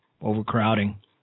overcrowding